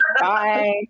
Bye